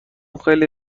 خیلی